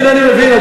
מי אתה